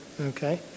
Okay